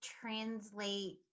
translate